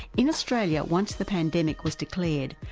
in australia, once the pandemic was declared,